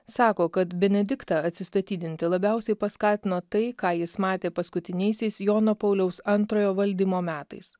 sako kad benediktą atsistatydinti labiausiai paskatino tai ką jis matė paskutiniaisiais jono pauliaus antrojo valdymo metais